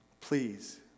Please